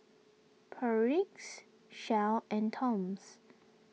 Perdix Shell and Toms